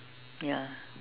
ya